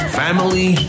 family